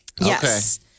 Yes